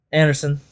anderson